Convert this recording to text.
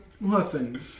Listen